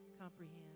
comprehend